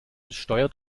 steuert